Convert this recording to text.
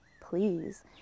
please